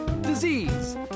disease